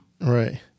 Right